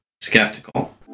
Skeptical